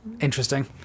Interesting